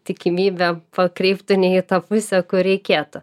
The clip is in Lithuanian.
tikimybė pakryptų ne į tą pusę kur reikėtų